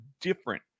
different